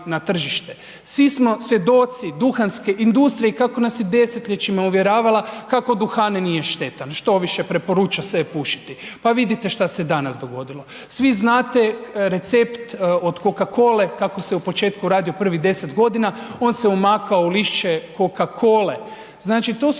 na tržište. Svi smo svjedoci duhanske industrije i kako nas je desetljećima uvjeravala kako duhan nije štetan, štoviše preporučao se je pušiti, pa vidite šta se je danas dogodilo. Svi znate recept od Coca-cole kako se u početku radio prvih 10 godina, on se umakao u lišće Coca-cole. Znači to su